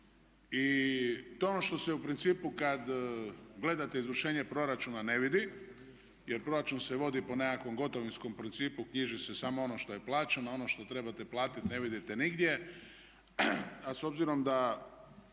To je ono što se u principu kad gledate izvršenje proračuna ne vidi jer proračun se vodi po nekakvom gotovinskom principu, knjiži se samo ono što je plaćeno a ono što trebate platiti ne vidite nigdje. A s obzirom da